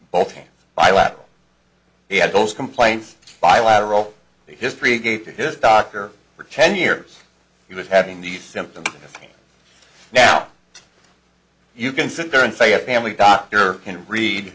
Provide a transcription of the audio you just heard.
both hands bilateral he had those complaints bilateral history gave to his doctor for ten years he was having these symptoms now you can sit there and say a family doctor can read